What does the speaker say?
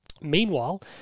Meanwhile